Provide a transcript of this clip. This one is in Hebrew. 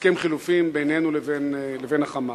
הסכם חילופין בינינו לבין ה"חמאס".